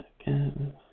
Again